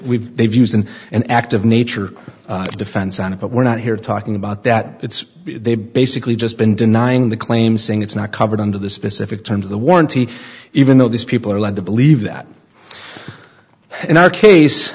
we've they've used in an act of nature defense on it but we're not here talking about that it's they basically just been denying the claim saying it's not covered under the specific terms of the warranty even though these people are led to believe that in our case